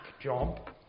Job